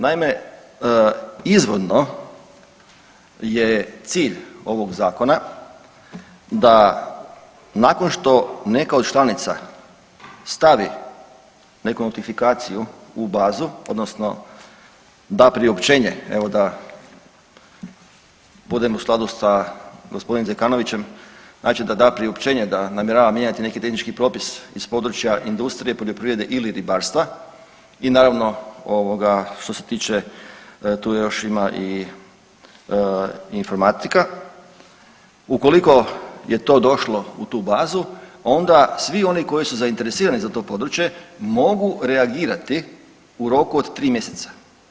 Naime, izvorno je cilj ovog zakona da nakon što neka od članica stavi neku notifikaciju u bazu odnosno da priopćenje evo da budem u skladu sa gospodinom Zekanovićem, znači da da priopćenje da namjerava mijenjati neki tehnički propis iz područja industrije, poljoprivrede ili ribarstva i naravno ovoga što se tiče tu još ima i informatika, ukoliko je to došlo u tu bazu onda svi oni koji su zainteresirani za to područje mogu reagirati u roku od 3 mjeseca.